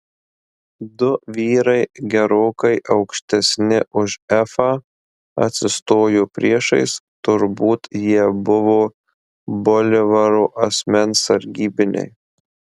du vyrai gerokai aukštesni už efą atsistojo priešais turbūt jie buvo bolivaro asmens sargybiniai